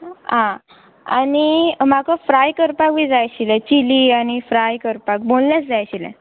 आ आनी म्हाका फ्राय करपाक बी जाय आशिल्लें चिली आनी फ्राय करपाक बोनलेस जाय आशिल्लें